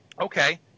okay